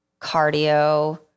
cardio